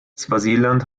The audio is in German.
swasiland